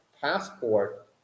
passport